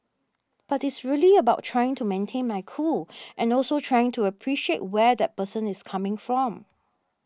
but it's really about trying to maintain my cool and also trying to appreciate where that person is coming from